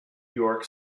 york